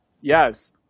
Yes